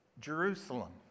Jerusalem